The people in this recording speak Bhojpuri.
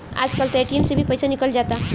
आज कल त ए.टी.एम से ही पईसा निकल जाता